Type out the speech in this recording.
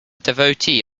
devotee